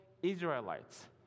israelites